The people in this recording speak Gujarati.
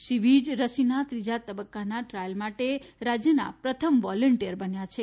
શ્રી વિજ રસીના ત્રીજા તબકકાના ટ્રાયલ માટે રાજયના પ્રથમ વોલેન્ટીયર બન્યા છે